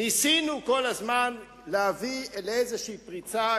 ניסינו כל הזמן להביא לאיזו פריצה,